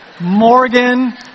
Morgan